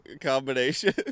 combination